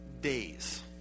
days